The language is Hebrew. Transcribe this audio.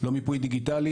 לא מיפוי דיגיטלי.